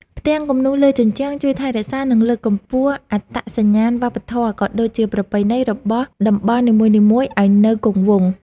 ផ្ទាំងគំនូរលើជញ្ជាំងជួយថែរក្សា និងលើកកម្ពស់អត្តសញ្ញាណវប្បធម៌ ក៏ដូចជាប្រពៃណីរបស់តំបន់នីមួយៗឱ្យនៅគង់វង្ស។